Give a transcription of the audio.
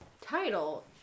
title